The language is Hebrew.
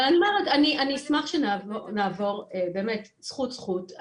אבל אני אומרת, אני אשמח שנעבור באמת זכות זכות.